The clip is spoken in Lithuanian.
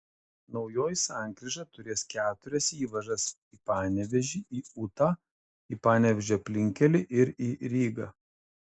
naujoji sankryža turės keturias įvažas į panevėžį į ūtą į panevėžio aplinkkelį ir į rygą